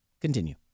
Continue